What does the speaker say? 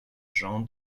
jean